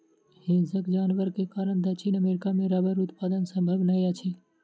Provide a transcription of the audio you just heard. हिंसक जानवर के कारण दक्षिण अमेरिका मे रबड़ उत्पादन संभव नै अछि